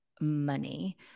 money